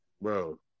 Bro